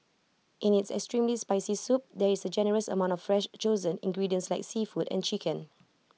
in its extremely spicy soup there is A generous amount of fresh chosen ingredients like seafood and chicken